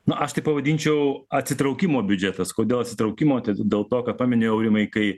na aš tai pavadinčiau atsitraukimo biudžetas kodėl atsitraukimo tai dėl to kad pameni aurimai kai